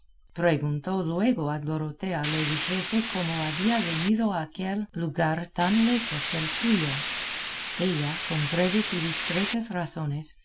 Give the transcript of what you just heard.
luego a dorotea le dijese cómo había venido a aquel lugar tan lejos del suyo ella con breves y discretas razones